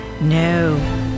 No